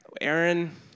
Aaron